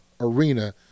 arena